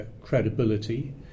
credibility